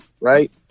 Right